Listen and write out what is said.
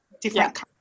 different